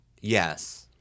yes